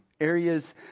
areas